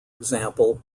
example